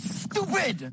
stupid